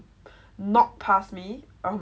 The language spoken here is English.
knock pass me